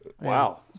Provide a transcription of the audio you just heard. Wow